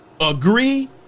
Agree